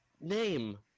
Name